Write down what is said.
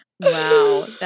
wow